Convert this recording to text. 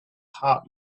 heart